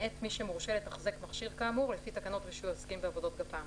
מאת מי שמורשה לתחזק מכשיר כאמור לפי תקנות רישוי העוסקים בעבודות גפ"מ.